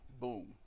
Boom